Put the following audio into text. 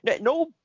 no